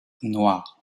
noire